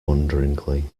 wonderingly